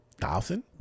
thousand